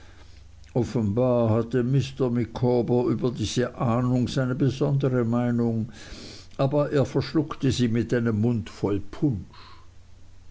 offenbar hatte mr micawber über diese ahnung seine besondere meinung aber er verschluckte sie mit einem mund voll punsch